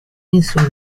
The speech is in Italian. nessuno